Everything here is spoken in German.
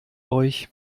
euch